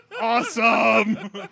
Awesome